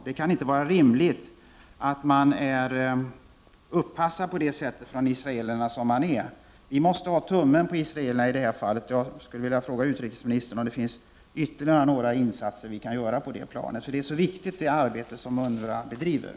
Det kan inte vara rimligt att att man skall behöva vara så påpassad av israelerna som man är. Vi måste så att säga ha en tumme på israelerna när det gäller deras agerande i det här fallet. Jag skulle vilja fråga utrikesministern om vi kan göra ytterligare insatser på det planet. Det arbete som UNRWA bedriver är ju mycket viktigt.